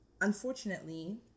unfortunately